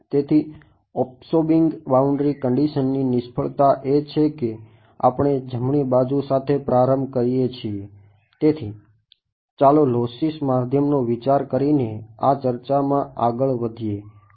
તેથી absorbing boundary કંડીશનની નિષ્ફળતા એ છે કે આપણે જમણી બાજુ સાથે પ્રારંભ કરીએ છીએતેથી ચાલો લોસ્સી વિચાર કરીને આ ચર્ચામાં આગળ વધીએ ઓકે